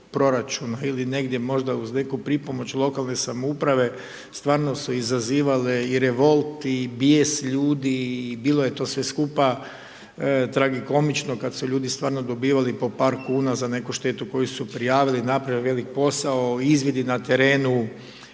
proračuna ili negdje možda uz neku pripomoć lokalne samouprave stvarno su izazivale i revolt i bijes ljudi i bilo je to sve skupa tragikomično kad su ljudi stvarno dobivali po par kuna za neku štetu koju su prijavili, napravili velik posao, izvidi na terenu,